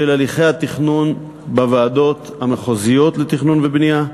של הליכי התכנון בוועדות המחוזיות לתכנון ובנייה.